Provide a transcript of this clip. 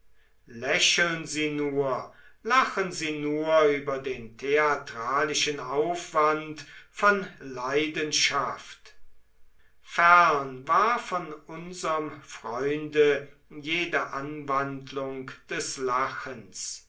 lächeln sie nur lachen sie nur über den theatralischen aufwand von leidenschaft fern war von unserm freunde jede anwandlung des lachens